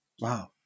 Wow